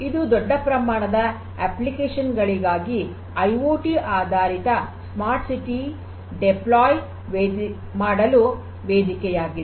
ಇದು ದೊಡ್ಡ ಪ್ರಮಾಣದ ಅಪ್ಲಿಕೇಶನ್ ಗಳಿಗಾಗಿ ಐಓಟಿ ಆಧಾರಿತ ಸ್ಮಾರ್ಟ್ ಸಿಟಿ ನಿಯೋಜನೆಯನ್ನು ಮಾಡಲು ವೇದಿಕೆಯಾಗಿದೆ